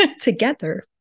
together